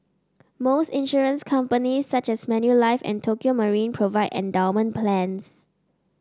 most insurance companies such as Manulife and Tokio Marine provide endowment plans